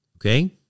Okay